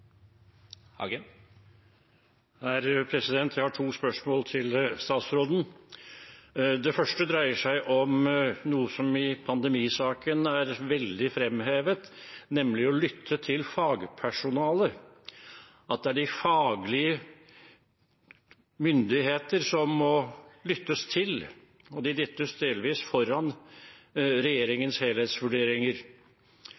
gode utviklingsmuligheter. Jeg har to spørsmål til statsråden. Det første dreier seg om noe som i pandemisaken er veldig fremhevet, nemlig å lytte til fagpersonalet – at det er de faglige myndigheter som må lyttes til. De dyttes delvis foran